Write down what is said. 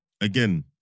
again